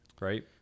right